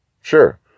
sure